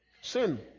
Sin